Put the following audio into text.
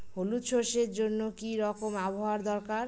হলুদ সরষে জন্য কি রকম আবহাওয়ার দরকার?